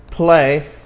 Play